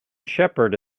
shepherd